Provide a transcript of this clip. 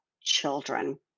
children